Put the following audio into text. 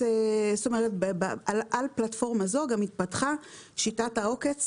על פלטפורמה זו גם התפתחה שיטת העוקץ